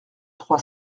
trois